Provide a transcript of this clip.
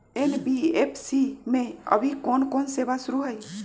NBFC में अभी कोन कोन सेवा शुरु हई?